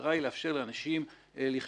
המטרה היא לאפשר לאנשים לחיות.